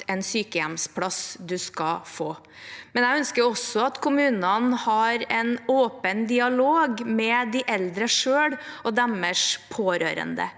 en sykehjemsplass man skal få, men jeg ønsker også at kommunene har en åpen dialog med de eldre selv og deres pårørende.